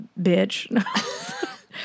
bitch